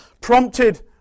prompted